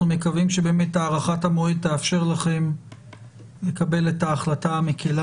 אנחנו מקווים שבאמת הארכת המועד תאפשר לכם לקבל את ההחלטה המקלה